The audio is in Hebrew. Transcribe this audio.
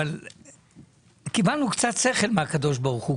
קיבלנו קצת שכל מהקב"ה.